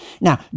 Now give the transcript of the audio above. Now